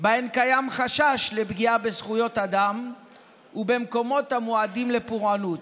שבהן קיים חשש לפגיעה בזכויות אדם ובמקומות המועדים לפורענות.